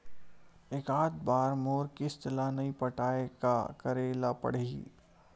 एकात बार मोर किस्त ला नई पटाय का करे ला पड़ही?